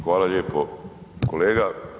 Hvala lijepo kolega.